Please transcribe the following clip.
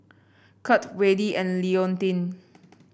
Curt Wayde and Leontine